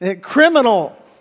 Criminal